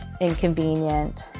inconvenient